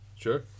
Sure